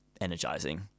energizing